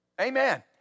Amen